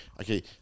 Okay